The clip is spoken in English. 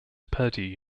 purdue